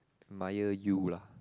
my year you lah